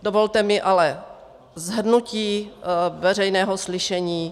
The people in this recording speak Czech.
Dovolte mi ale shrnutí veřejného slyšení.